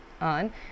on